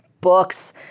Books